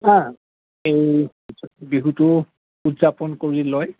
এই বিহুটো উদযাপন কৰি লয়